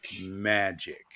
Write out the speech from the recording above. magic